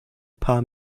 paar